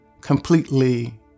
completely